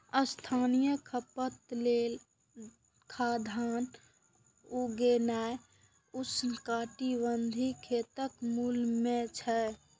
स्थानीय खपत लेल खाद्यान्न उगेनाय उष्णकटिबंधीय खेतीक मूल मे छै